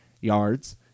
yards